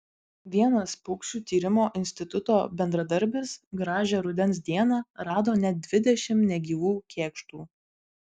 vienas paukščių tyrimo instituto bendradarbis gražią rudens dieną rado net dvidešimt negyvų kėkštų